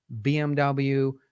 BMW